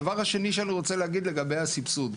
הדבר השני שאני רוצה להגיד לגבי הסבסוד,